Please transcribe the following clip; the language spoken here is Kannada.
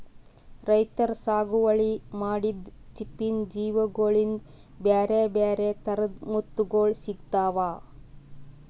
ರೈತರ್ ಸಾಗುವಳಿ ಮಾಡಿದ್ದ್ ಚಿಪ್ಪಿನ್ ಜೀವಿಗೋಳಿಂದ ಬ್ಯಾರೆ ಬ್ಯಾರೆ ಥರದ್ ಮುತ್ತುಗೋಳ್ ಸಿಕ್ತಾವ